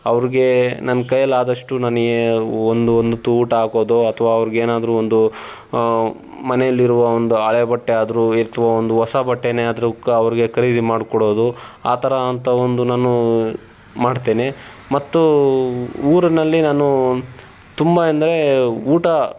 ಅವ್ರ್ಗೆ ನನ್ನ ಕೈಯಲ್ಲಿ ಆದಷ್ಟು ನಾನು ಏ ಒಂದು ಒಂದು ಹೊತ್ತು ಊಟ ಹಾಕೋದೋ ಅಥವಾ ಅವ್ರ್ಗೆ ಏನಾದ್ರೂ ಒಂದು ಮನೆಯಲ್ಲಿರುವ ಒಂದು ಹಳೆ ಬಟ್ಟೆ ಆದರೂ ಒಂದು ಹೊಸ ಬಟ್ಟೆನೇ ಆದರೂ ಕ ಅವ್ರಿಗೆ ಖರೀದಿ ಮಾಡಿಕೊಡೋದು ಆ ಥರ ಅಂತ ಒಂದು ನಾನು ಮಾಡ್ತೇನೆ ಮತ್ತು ಊರಿನಲ್ಲಿ ನಾನು ತುಂಬ ಎಂದ್ರೆ ಊಟ